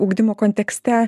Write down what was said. ugdymo kontekste